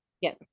Yes